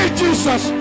jesus